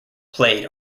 played